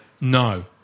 No